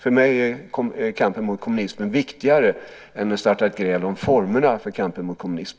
För mig är kampen mot kommunismen viktigare än att starta ett gräl om formerna för kampen mot kommunismen.